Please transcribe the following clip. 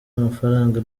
amafaranga